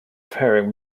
faring